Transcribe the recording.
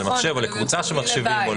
זה למחשב או לקבוצה של מחשבים.